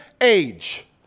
age